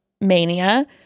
mania